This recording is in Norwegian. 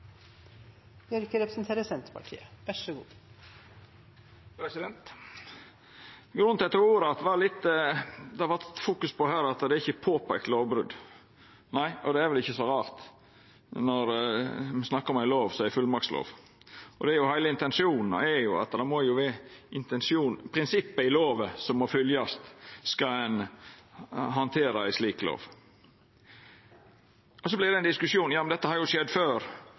det ikkje er påpeika noko lovbrot. Nei, det er vel ikkje så rart når ein snakkar om ei fullmaktslov. Det må vera heile intensjonen, prinsippet i lova, som må fylgjast om ein skal handtera ei slik lov. Så vert det ein diskusjon om at dette har jo skjedd før.